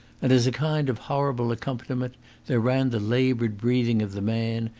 and as a kind of horrible accompaniment there ran the laboured breathing of the man,